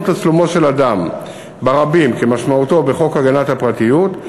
תצלומו של אדם ברבים כמשמעותו בחוק הגנת הפרטיות,